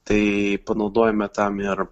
tai panaudojome tam ir